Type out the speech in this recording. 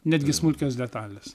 netgi smulkios detalės